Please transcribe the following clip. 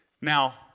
Now